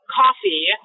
coffee